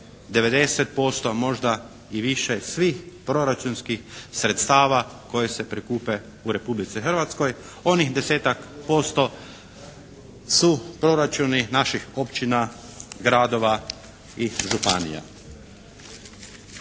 90% a možda i više svih proračunskih sredstava koja se prikupe u Republici Hrvatskoj. Onih desetak posto su proračuni naših općina, gradova i županija.